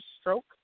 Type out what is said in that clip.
stroke